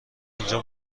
اینجا